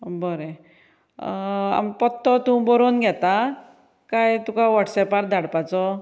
बरें आम पत्तो तूं बरोवन घेता काय तुका वॉट्सॅपार धाडपाचो